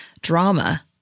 drama